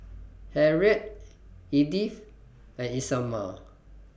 Harriett Edyth and Isamar